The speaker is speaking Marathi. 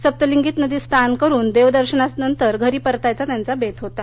सप्तलिंगी नदीत स्नान करून दक्विर्शनानंतर घरी परतायचा त्यांचा बस होता